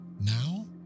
now